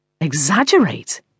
Exaggerate